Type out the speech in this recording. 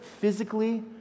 physically